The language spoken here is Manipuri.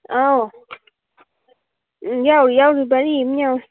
ꯑꯧ ꯎꯝ ꯌꯥꯎꯔꯤ ꯌꯥꯎꯔꯤ ꯚꯥꯏꯔꯤ ꯑꯃ ꯌꯥꯎꯔꯤ